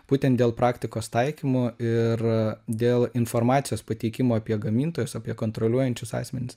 būtent dėl praktikos taikymo ir dėl informacijos pateikimo apie gamintojus apie kontroliuojančius asmenis